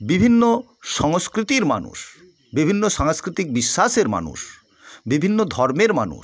বিভিন্ন সংস্কৃতির মানুষ বিভিন্ন সাংস্কৃতিক বিশ্বাসের মানুষ বিভিন্ন ধর্মের মানুষ